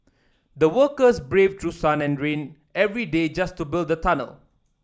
the workers braved through sun and rain every day just to build the tunnel